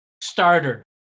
starter